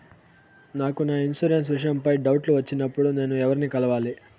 నాకు నా ఇన్సూరెన్సు విషయం పై డౌట్లు వచ్చినప్పుడు నేను ఎవర్ని కలవాలి?